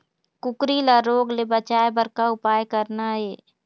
कुकरी ला रोग ले बचाए बर का उपाय करना ये?